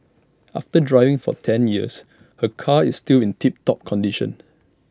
after driving for ten years her car is still in tip top condition